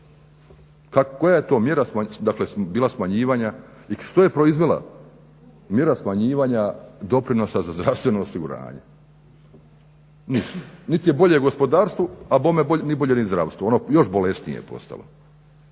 dakle bila smanjivanja i što je proizvela mjera smanjivanja doprinosa za zdravstveno osiguranje. Ništa, nit je bolje gospodarstvu a bolje niti bolje ni zdravstvu. Ono je još bolesnije postalo.